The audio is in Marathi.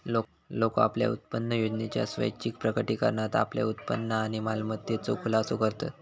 लोका आपल्या उत्पन्नयोजनेच्या स्वैच्छिक प्रकटीकरणात आपल्या उत्पन्न आणि मालमत्तेचो खुलासो करतत